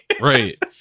Right